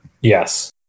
yes